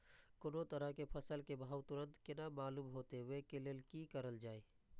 कोनो तरह के फसल के भाव तुरंत केना मालूम होते, वे के लेल की करल जाय?